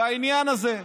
בעניין הזה.